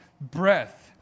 breath